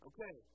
Okay